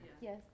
yes